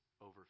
over